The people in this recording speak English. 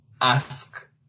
ask